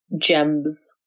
gems